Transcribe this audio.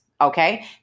okay